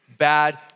bad